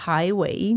Highway